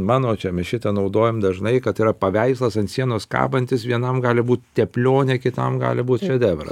mano čia mes šitą naudojam dažnai kad yra paveikslas ant sienos kabantis vienam gali būt teplionė kitam gali būti šedevras